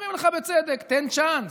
אומרים לך, בצדק: תן צ'אנס,